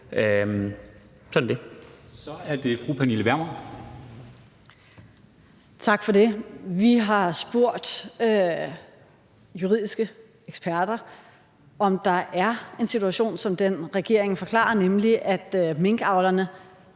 Vermund. Kl. 12:15 Pernille Vermund (NB): Tak for det. Vi har spurgt juridiske eksperter, om der er en situation som den, regeringen forklarer der er, nemlig at minkavlerne